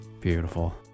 Beautiful